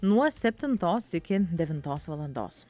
nuo septintos iki devintos valandos